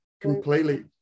completely